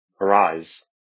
arise